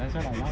ya